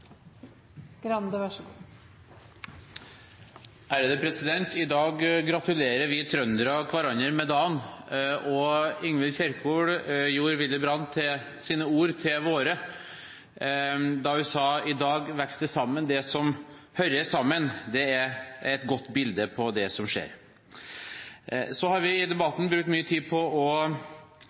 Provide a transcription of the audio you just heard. I dag gratulerer vi trøndere hverandre med dagen, og Ingvild Kjerkol gjorde Willy Brandts ord til våre da hun sa: I dag vokser det sammen, det som hører sammen. Det er et godt bilde på det som skjer. Så har vi i debatten brukt mye tid på å